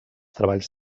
treballs